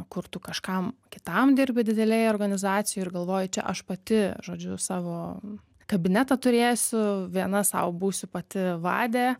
kur tu kažkam kitam dirbi didelėj organizacijoj ir galvoji čia aš pati žodžiu savo kabinetą turėsiu viena sau būsiu pati vadė